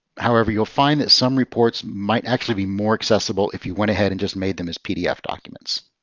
however, you'll find that some reports might actually be more accessible if you went ahead and just made them as pdf documents.